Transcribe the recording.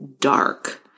dark